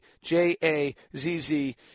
j-a-z-z